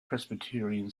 presbyterian